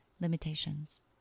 limitations